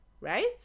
Right